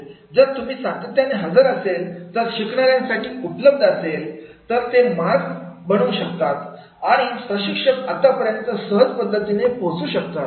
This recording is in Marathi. जर तुम्ही सातत्याने हजर असेल तर शिकणाऱ्यांसाठी उपलब्ध असेल तर ते त्यांचा मार्ग बनवू शकतात आणि प्रशिक्षक आतापर्यंत सहज पद्धतीने पोहोचू शकतात